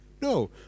No